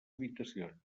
habitacions